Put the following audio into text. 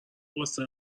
واسه